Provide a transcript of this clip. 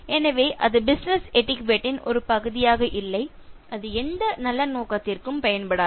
எனவே அது business etiquette ன் ஒரு பகுதியாக இல்லை அது எந்த நல்ல நோக்கத்திற்கும் பயன்படாது